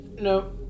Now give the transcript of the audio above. No